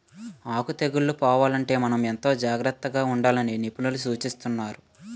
ఆకు తెగుళ్ళు పోవాలంటే మనం ఎంతో జాగ్రత్తగా ఉండాలని నిపుణులు సూచిస్తున్నారు